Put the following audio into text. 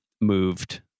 moved